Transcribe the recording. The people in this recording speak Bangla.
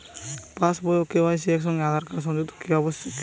পাশ বই ও কে.ওয়াই.সি একই সঙ্গে আঁধার কার্ড সংযুক্ত কি আবশিক?